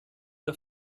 der